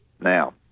Now